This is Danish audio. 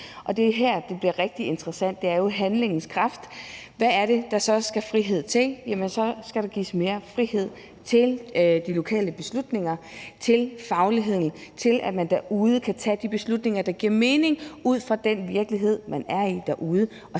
Det er jo her, det bliver rigtig interessant, for det handler om handlekraft: Hvad er det så, der skal være frihed til? Der skal gives mere frihed til at tage lokale beslutninger, til at håndtere fagligheden, og til, at man derude kan tage de beslutninger, der giver mening ud fra den virkelighed, man er i.